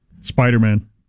Spider-Man